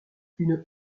une